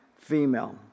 female